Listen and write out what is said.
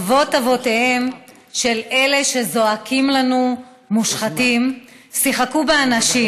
אבות-אבותיהם של אלו שזועקים לנו "מושחתים" שיחקו באנשים.